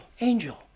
angel